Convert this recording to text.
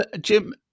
jim